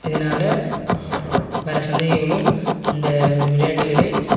இதனால் வர சந்தேகங்களும் இந்த விளையாட்டுகளை